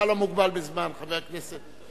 אתה לא מוגבל בזמן, חבר הכנסת מיכאלי.